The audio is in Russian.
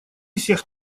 всех